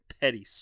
petty